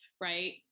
right